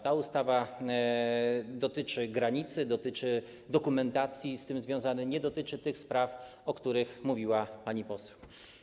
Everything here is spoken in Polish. Ta ustawa dotyczy granicy, dotyczy dokumentacji z tym związanej, nie dotyczy tych spraw, o których mówiła pani poseł.